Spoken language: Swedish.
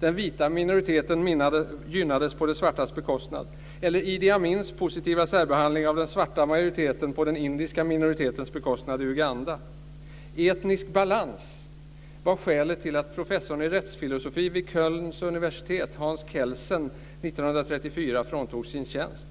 Den vita minoriteten gynnades på de svartas bekostnad. Eller Idi Amins positiva särbehandling av den svarta majoriteten på den indiska minoritetens bekostnad i Uganda? Etnisk balans var skälet till att professorn i rättsfilosofi vid Kölns universitet, Hans Kelsen, 1934 fråntogs sin tjänst.